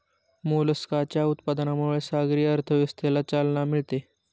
मोलस्काच्या उत्पादनामुळे सागरी अर्थव्यवस्थेला चालना मिळते